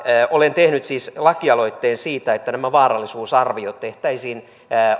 olen tehnyt siis lakialoitteen siitä että nämä vaarallisuusarviot tehtäisiin